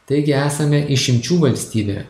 taigi esame išimčių valstybė